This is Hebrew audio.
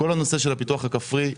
כל הנושא של הפיתוח הכפרי,